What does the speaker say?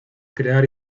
crear